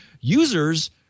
users